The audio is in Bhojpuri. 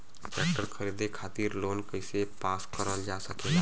ट्रेक्टर खरीदे खातीर लोन कइसे पास करल जा सकेला?